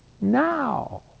now